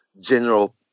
general